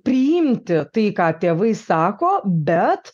priimti tai ką tėvai sako bet